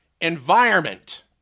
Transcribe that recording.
Environment